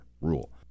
Rule